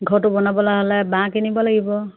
ঘৰটো বনাবলৈ হ'লে বাঁহ কিনিব লাগিব